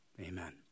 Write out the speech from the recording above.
Amen